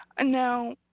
Now